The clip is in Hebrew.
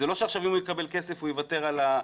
זה לא שעכשיו אם הוא יקבל כסף, הוא יוותר על זה.